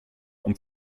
und